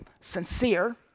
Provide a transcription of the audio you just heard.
sincere